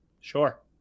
Sure